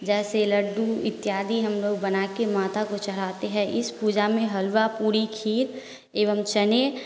जैसे लड्डू इत्यादि हम लोग बना के माता को चढ़ाते हैं इस पूजा में हलवा पूड़ी खीर एवं चनें